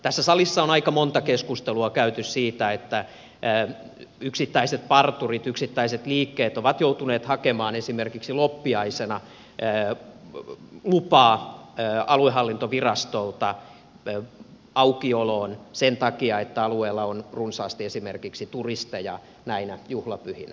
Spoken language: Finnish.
tässä salissa on aika monta keskustelua käyty siitä että yksittäiset parturit yksittäiset liikkeet ovat joutuneet hakemaan esimerkiksi loppiaisena lupaa aluehallintovirastolta aukioloon sen takia että alueella on runsaasti esimerkiksi turisteja näinä juhlapyhinä